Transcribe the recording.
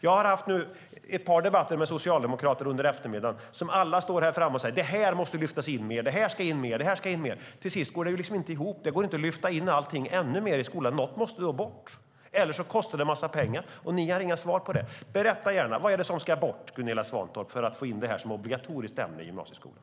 Jag har haft ett par debatter med socialdemokrater under eftermiddagen. De står alla här framme och säger: Det här måste lyftas in mer. Det här ska in mer, och det här ska in mer. Till sist går det liksom inte ihop. Det går inte att lyfta in allting ännu mer i skolan. Något måste bort, eller så kostar det en massa pengar. Ni har inga svar på det. Berätta gärna vad det är som ska bort, Gunilla Svantorp, för att man ska få in det här som ett obligatoriskt ämne i gymnasieskolan.